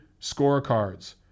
scorecards